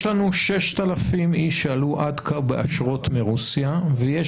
יש לנו 6,000 איש שעלו באשרות מרוסיה ויש